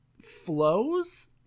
flows